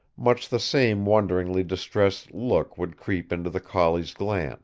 much the same wonderingly distressed look would creep into the collie's glance